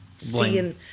seeing